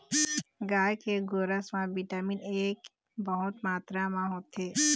गाय के गोरस म बिटामिन ए बहुत मातरा म होथे